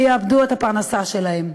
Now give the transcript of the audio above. שיאבדו את הפרנסה שלהם.